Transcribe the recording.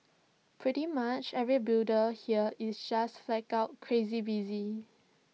pretty much every builder here is just flat out crazy busy